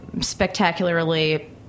spectacularly